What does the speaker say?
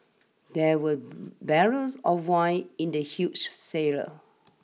there were barrels of wine in the huge cellar